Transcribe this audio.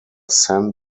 san